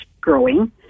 growing